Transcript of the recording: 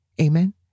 Amen